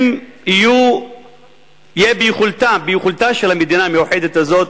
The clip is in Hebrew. אם יהיה ביכולתה של המדינה המיוחדת הזאת